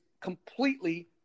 completely